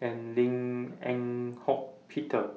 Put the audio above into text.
and Lim Eng Hock Peter